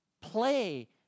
Play